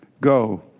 Go